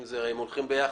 הם הולכים ביחד,